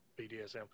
BDSM